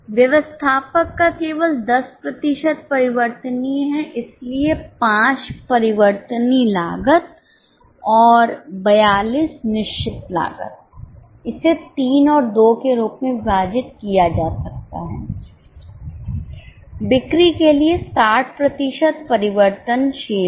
व्यवस्थापक का केवल 10 प्रतिशत परिवर्तनीय है इसलिए 5 परिवर्तनीय लागत और 42 निश्चित लागत इसे 3 और 2 के रूप में विभाजित किया जा सकता है बिक्री के लिए 60 प्रतिशत परिवर्तनशील है